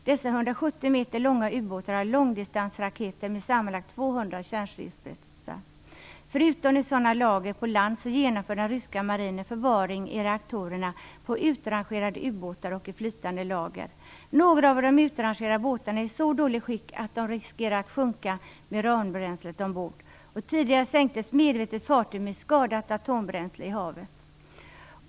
Dessa 170 meter långa utbåtar har långdistansraketer med sammanlagt 200 kärnstridsspetsar. Förutom i sådana lager på land genomför den ryska marinen förvaring i reaktorerna på utrangerade ubåtar och i flytande lager. Några av de utrangerade ubåtarna är i så dåligt skick att de riskerar att sjunka med uranbränslet ombord. Tidigare sänktes medvetet fartyg med skadat atombränsle i havet.